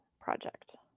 project